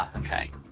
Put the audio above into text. ah okay.